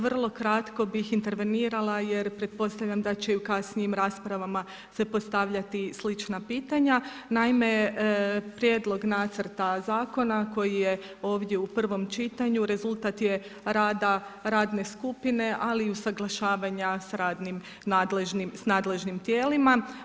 Vrlo kratko bih intervenirala jer pretpostavljam da će i u kasnijim raspravama se postavljati slična pitanja, naime prijedlog nacrta zakona koji je ovdje u prvom čitanju rezultat je rada radne skupine ali i usaglašavanja s radnim nadležnim tijelima.